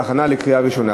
להכנה לקריאה ראשונה.